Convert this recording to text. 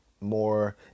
more